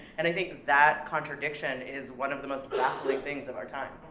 and i think that contradiction is one of the most baffling things of our time.